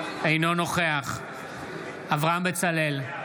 אינו נוכח אברהם בצלאל,